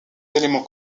éléments